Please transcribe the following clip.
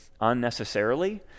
unnecessarily